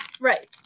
Right